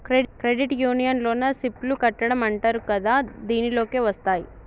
credit union లోన SIP లు కట్టడం అంటరు కదా దీనిలోకే వస్తాయ్